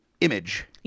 image